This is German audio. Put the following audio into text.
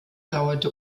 dauerte